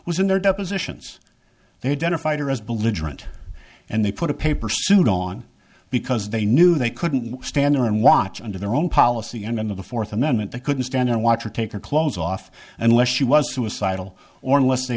was in their depositions they had done a fighter as belligerent and they put a paper suit on because they knew they couldn't stand there and watch under their own policy end of the fourth amendment they couldn't stand and watch her take her clothes off unless she was suicidal or unless they